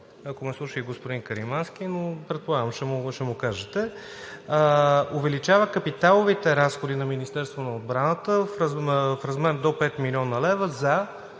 ако ме слуша и господин Каримански, но предполагам ще му кажат. Увеличава капиталовите разходи на Министерството на отбрана в размер до 5 млн. лв. за